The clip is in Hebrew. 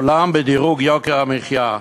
בעולם בדירוג יוקר המחיה.